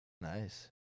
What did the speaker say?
Nice